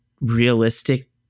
realistic